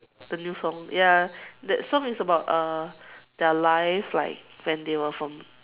the new song ya that song is about uh their life like when they were from